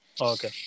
okay